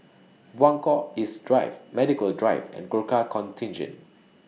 Buangkok East Drive Medical Drive and Gurkha Contingent